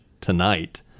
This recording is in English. tonight